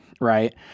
right